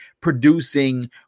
producing